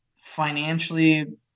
financially